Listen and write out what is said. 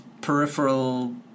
peripheral